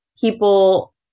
people